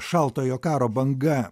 šaltojo karo banga